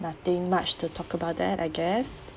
nothing much to talk about that I guess